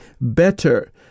better